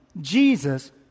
Jesus